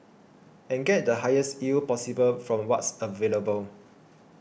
and get the highest yield possible from what's available